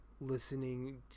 listening